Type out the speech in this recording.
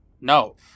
no